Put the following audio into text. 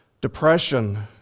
depression